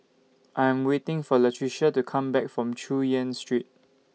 I Am waiting For Latricia to Come Back from Chu Yen Street